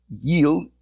yield